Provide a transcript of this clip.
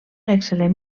excel·lent